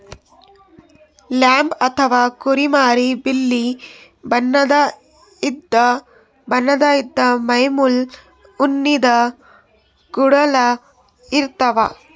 lamb ಅಥವಾ ಕುರಿಮರಿ ಬಿಳಿ ಬಣ್ಣದ್ ಇದ್ದ್ ಮೈಮೇಲ್ ಉಣ್ಣಿದ್ ಕೂದಲ ಇರ್ತವ್